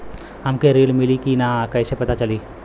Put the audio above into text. हमके ऋण मिली कि ना कैसे पता चली?